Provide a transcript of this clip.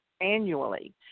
annually